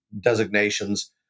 designations